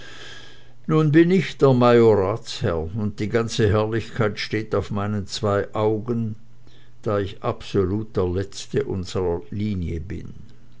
nun bin ich der majoratsherr und die ganze herrlichkeit steht auf meinen zwei augen da ich absolut der letzte unserer linie bin